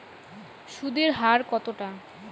সুদের হার কতটা?